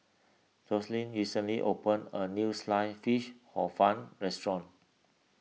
Jocelyn recently opened a new Sliced Fish Hor Fun restaurant